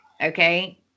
okay